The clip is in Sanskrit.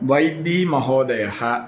वै बि महोदयः